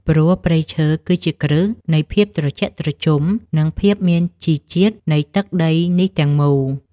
ព្រោះព្រៃឈើគឺជាគ្រឹះនៃភាពត្រជាក់ត្រជុំ និងភាពមានជីជាតិនៃទឹកដីនេះទាំងមូល។